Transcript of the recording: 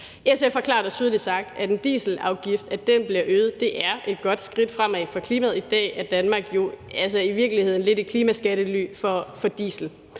SF har klart og tydeligt sagt, at det, at en dieselafgift bliver øget, er et godt skridt fremad for klimaet. I dag er Danmark jo altså i virkeligheden lidt et klimaskattely for diesel,